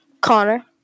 connor